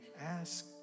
ask